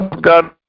God